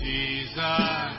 Jesus